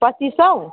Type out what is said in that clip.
पच्चिस सय